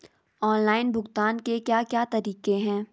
Online भुगतान के क्या क्या तरीके हैं?